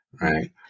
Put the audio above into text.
right